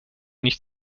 nicht